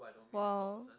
!wow!